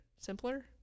simpler